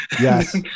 Yes